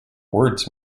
words